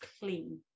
clean